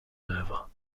œuvre